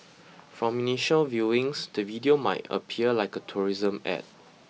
from initial viewings the video might appear like a tourism ad